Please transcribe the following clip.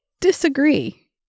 disagree